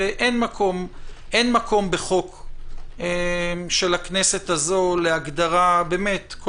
ואין מקום בחוק של הכנסת הזאת להגדרה כל